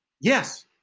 Yes